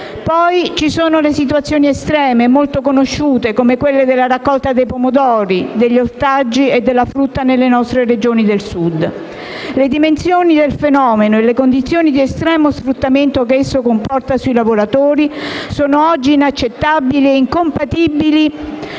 Poi ci sono le situazioni estreme e molto conosciute come quelle della raccolta dei pomodori, degli ortaggi e della frutta nelle nostre Regioni del Sud. Le dimensioni del fenomeno e le condizioni di estremo sfruttamento che esso comporta sui lavoratori sono oggi inaccettabili e incompatibili